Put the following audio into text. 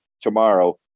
tomorrow